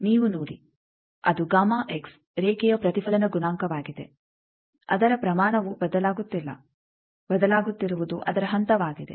ನೀವು ನೋಡಿ ಅದು ರೇಖೆಯ ಪ್ರತಿಫಲನ ಗುಣಾಂಕವಾಗಿದೆ ಅದರ ಪ್ರಮಾಣವು ಬದಲಾಗುತ್ತಿಲ್ಲ ಬದಲಾಗುತ್ತಿರುವುದು ಅದರ ಹಂತವಾಗಿದೆ